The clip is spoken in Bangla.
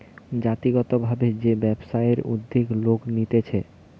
জাতিগত ভাবে যে ব্যবসায়ের উদ্যোগ লোক নিতেছে